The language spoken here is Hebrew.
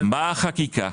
באה החקיקה,